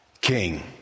king